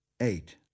Eight